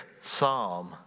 Psalm